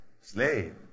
Slave